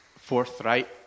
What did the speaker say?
forthright